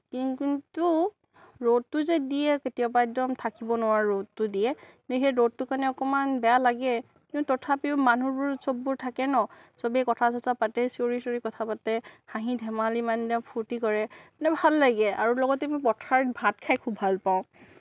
কি কিন্তু ৰ'দটো যে দিয়ে কেতিয়াবা একদম থাকিব নোৱাৰা ৰ'দটো দিয়ে সেই ৰ'দটোৰ কাৰণে অকণমান বেয়া লাগে কিন্তু তথাপিও মানুহবোৰ সববোৰ থাকে ন সবেই কথা চথা পাতে চিঞৰি চিঞঁৰি কথা পাতে হাঁহি ধেমালি মানে ফূৰ্তি কৰে একদম ভাল লাগে আৰু লগতে মই পথাৰত ভাত খাই খুব ভাল পাওঁ